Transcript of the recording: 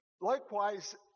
likewise